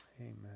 Amen